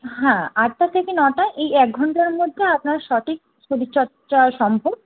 হ্যাঁ আটটা থেকে নটা এই এক ঘণ্টার মধ্যে আপনার সঠিক শরীরচর্চা সম্ভব